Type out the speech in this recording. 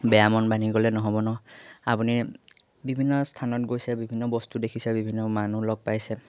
বেয়া মন বান্ধি গ'লে নহ'ব ন আপুনি বিভিন্ন স্থানত গৈছে বিভিন্ন বস্তু দেখিছে বিভিন্ন মানুহ লগ পাইছে